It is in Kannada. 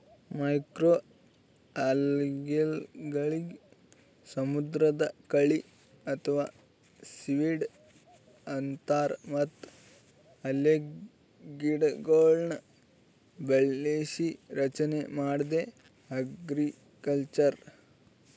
ಮೈಕ್ರೋಅಲ್ಗೆಗಳಿಗ್ ಸಮುದ್ರದ್ ಕಳಿ ಅಥವಾ ಸೀವೀಡ್ ಅಂತಾರ್ ಮತ್ತ್ ಅಲ್ಗೆಗಿಡಗೊಳ್ನ್ ಬೆಳಸಿ ರಚನೆ ಮಾಡದೇ ಅಲ್ಗಕಲ್ಚರ್